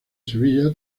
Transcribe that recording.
sevilla